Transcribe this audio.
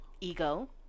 ego